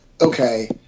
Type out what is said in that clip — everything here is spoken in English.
okay